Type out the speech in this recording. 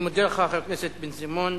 אני מודה לך, חבר הכנסת בן-סימון.